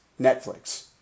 Netflix